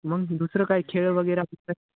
मग दुसरं काय खेळ वगैरे तिथं